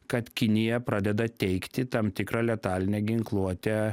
kad kinija pradeda teikti tam tikrą letalinę ginkluotę